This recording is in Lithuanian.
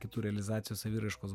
kitų realizacijos saviraiškos